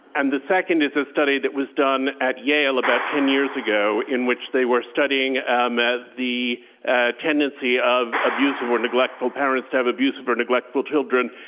and the second is a study that was done at yale about ten years ago, in which they were studying um at the ah tendency of abusive or neglectful parents to have abusive or neglectful children.